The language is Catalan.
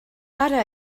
ara